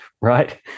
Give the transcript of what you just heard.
right